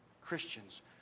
Christians